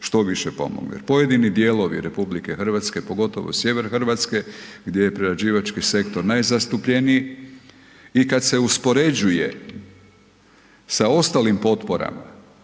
što više pomogne. Pojedini dijelovi RH pogotovo sjever Hrvatske gdje je prerađivači sektor najzastupljeniji i kad se uspoređuje sa ostalim potporama